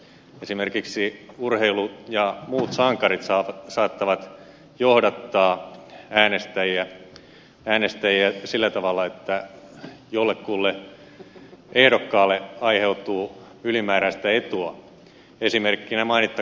esimerkiksi urheilu ja muut sankarit saattavat johdattaa äänestäjiä sillä tavalla että jollekulle ehdokkaalle aiheutuu ylimääräistä etua